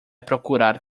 procurar